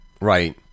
Right